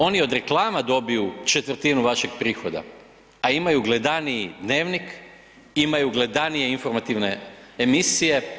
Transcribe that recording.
Oni od reklama dobiju četvrtinu vašeg prihoda, a imaju gledaniji dnevnik imaju gledanije informativne emisije.